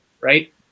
Right